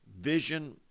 vision